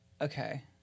Okay